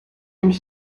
and